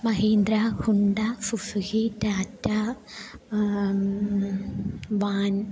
Mahindra Honda Suzuki Tata van